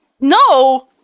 no